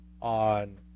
on